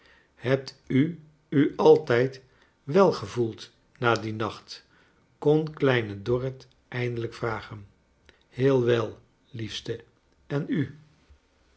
hebt u u altijd wel gevoeld na dien nacht kon kleine dorrit eindelijk vragen heel wel liefste en u